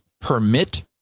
Permit